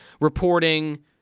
reporting